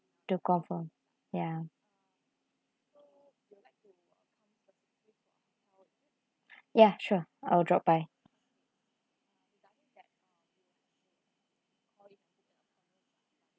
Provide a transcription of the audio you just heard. to confirm ya ya sure I'll drop by